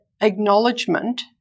acknowledgement